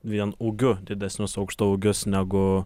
vien ūgiu didesnius aukštaūgius negu